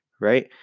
right